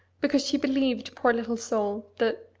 because she believed, poor little soul! that.